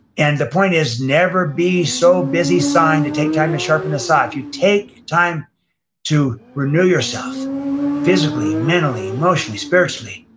and the point is, never be so busy sawing to take time to sharpen the saw. if you take time to renew yourself physically, mentally, emotionally, spiritually,